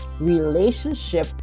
Relationship